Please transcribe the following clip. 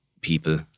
people